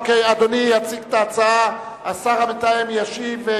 אדוני יציג את ההצעה, השר המתאם ישיב.